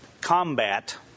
combat